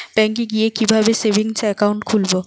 ব্যাঙ্কে গিয়ে কিভাবে সেভিংস একাউন্ট খুলব?